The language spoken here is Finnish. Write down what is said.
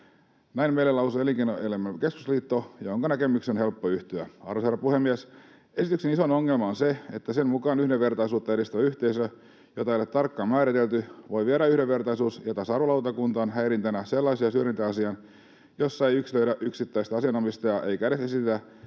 Näin meille lausui Elinkeinoelämän keskusliitto, jonka näkemykseen on helppo yhtyä. Arvoisa herra puhemies! Esityksen isoin ongelma on, että sen mukaan yhdenvertaisuutta edistävä yhteisö, jota ei ole tarkkaan määritelty, voi viedä yhdenvertaisuus- ja tasa-arvolautakuntaan häirintänä sellaisen syrjintäasian, jossa ei yksilöidä yksittäistä asianomistajaa eikä edes esitetä,